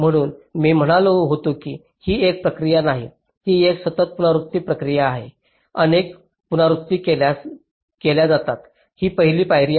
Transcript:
म्हणून मी म्हणालो होतो की ही एक प्रक्रिया नाही ही एक सतत पुनरावृत्ती प्रक्रिया आहे अनेक पुनरावृत्ती केल्या जातात ही पहिली पायरी आहे